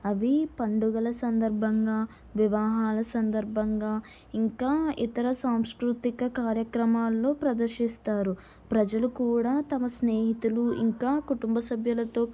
అవి పండుగల సందర్భంగా వివాహాల సందర్భంగా ఇంకా ఇతర సాంస్కృతిక కార్యక్రమాల్లో ప్రదర్శిస్తారు ప్రజలు కూడా తమ స్నేహితులు ఇంకా కుటుంబ సభ్యులతో